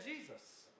Jesus